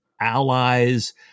allies